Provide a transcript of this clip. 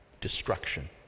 destruction